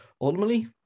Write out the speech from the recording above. ultimately